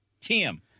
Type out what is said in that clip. Tim